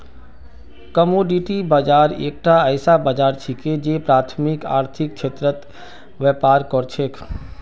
commodity बाजार एकता ऐसा बाजार छिके जे प्राथमिक आर्थिक क्षेत्रत व्यापार कर छेक